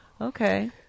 Okay